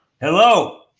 Hello